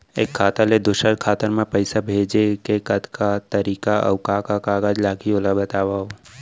एक खाता ले दूसर खाता मा पइसा भेजे के कतका तरीका अऊ का का कागज लागही ओला बतावव?